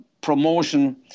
promotion